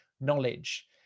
knowledge